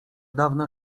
dawna